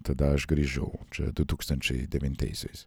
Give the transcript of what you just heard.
tada aš grįžau čia du tūkstančiai devintaisiais